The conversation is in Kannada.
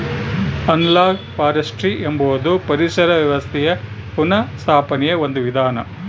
ಅನಲಾಗ್ ಫಾರೆಸ್ಟ್ರಿ ಎಂಬುದು ಪರಿಸರ ವ್ಯವಸ್ಥೆಯ ಪುನಃಸ್ಥಾಪನೆಯ ಒಂದು ವಿಧಾನ